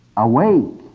awake,